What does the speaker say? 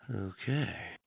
Okay